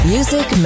Music